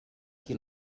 qui